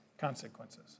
consequences